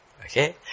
okay